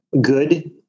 good